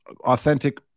authentic